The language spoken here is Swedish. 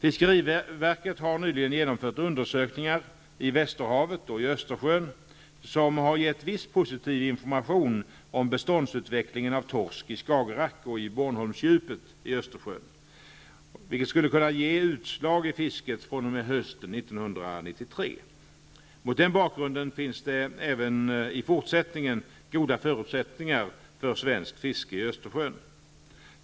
Fiskeriverket har nyligen genomfört undersökningar i Västerhavet och i Östersjön som har gett viss positiv information om beståndsutvecklingen av torsk i Skagerrak och i Bornholmsdjupet i Östersjön, vilket skulle kunna ge utslag i fisket fr.o.m. hösten 1993. Mot den bakgrunden finns det även i fortsättningen goda förutsättningar för svenskt fiske i Östersjön.